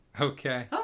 Okay